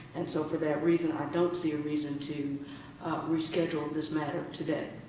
and so for that reason, i don't see a reason to reschedule this matter today.